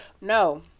no